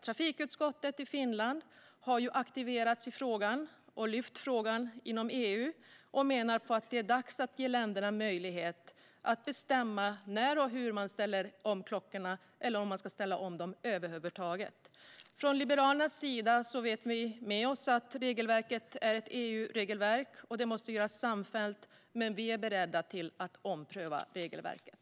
Trafikutskottet i Finland har aktiverats i frågan och lyft den inom EU och menar att det är dags att ge länderna möjlighet att bestämma när och hur man ska ställa om klockorna samt om man ska ställa om dem över huvud taget. Från Liberalernas sida vet vi med oss att det är ett EU-regelverk och att detta måste göras samfällt, men vi är beredda att ompröva regelverket.